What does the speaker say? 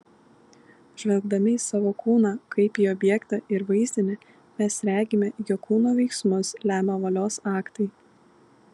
žvelgdami į savo kūną kaip į objektą ir vaizdinį mes regime jog kūno veiksmus lemia valios aktai